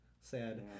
Sad